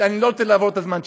אני לא רוצה לעבור את הזמן שלי.